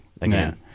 again